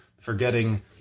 forgetting